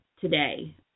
today